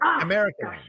American